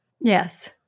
Yes